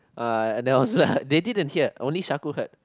uh then I was like they didn't hear only Shaku heard